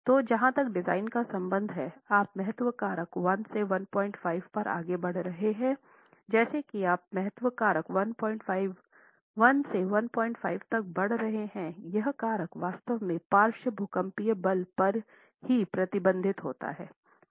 तो जहां तक डिजाइन का संबंध है आप महत्व कारक 1 से 15 पर आगे बढ़ रहे हैं जैसा कि आप महत्व कारक 1 से 15 तक बढ़ रहे हैं यह कारक वास्तव में पार्श्व भूकंपीय बल पर ही प्रतिबिंबित होता है